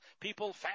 People